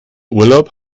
urlaub